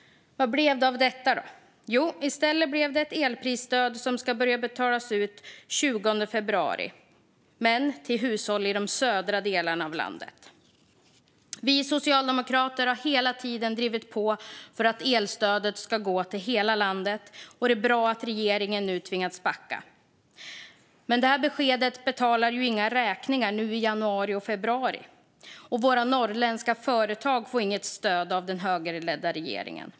Vad blev det då av detta? Jo, i stället blev det ett elprisstöd som skulle börja betalas ut den 20 februari, men bara till hushåll i de södra delarna av landet. Vi socialdemokrater har hela tiden drivit på för att elstödet ska gå till hela landet, och det är bra att regeringen nu tvingats backa. Men det här beskedet betalar ju inga räkningar nu i januari och februari, och våra norrländska företag får inget stöd av den högerledda regeringen.